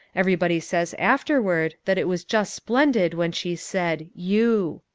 everybody says afterward that it was just splendid when she said you.